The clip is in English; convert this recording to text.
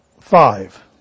five